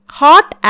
hot